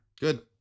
Good